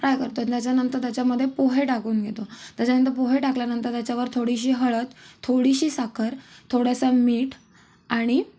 fry करतो त्याच्यानंतर त्याच्यामध्ये पोहे टाकून घेतो त्याच्यानंतर पोहे टाकल्यानंतर त्याच्यावर थोडीशी हळद थोडीशी साखर थोडंसं मीठ आणि